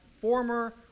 former